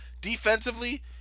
Defensively